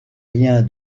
rien